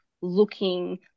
looking